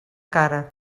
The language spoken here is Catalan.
cara